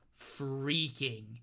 freaking